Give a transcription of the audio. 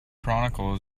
chronicle